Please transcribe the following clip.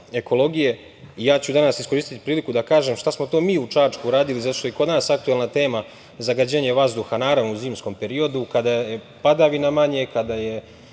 ekologije. Ja ću danas iskoristiti priliku da kažem šta smo to mi u Čačku uradili, zato što je i kod nas aktuelna tema zagađenje vazduha, naravno u zimskom periodu kada je padavina manje, kada je